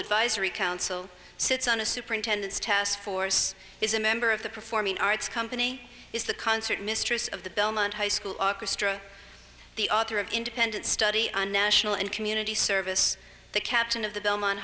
advisory council sits on a superintendent's task force is a member of the performing arts company is the concert mistress of the belmont high school orchestra the author of independent study on national and community service the captain of the belmont